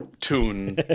tune